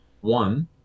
one